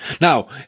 Now